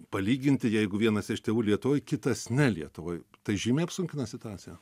palyginti jeigu vienas iš tėvų lietuvoj kitas ne lietuvoj tai žymiai apsunkina situaciją